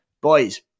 Boys